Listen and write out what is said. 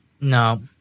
no